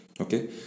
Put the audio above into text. okay